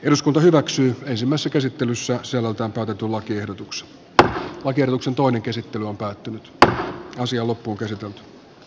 eduskunta hyväksyy ensimmäiset esittelyssä selataan tuotetun lakiehdotuksen on kierroksen toinen käsittely on päättynyt uusia loppukirin